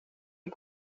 est